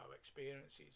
experiences